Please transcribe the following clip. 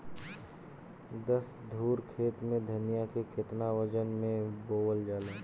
दस धुर खेत में धनिया के केतना वजन मे बोवल जाला?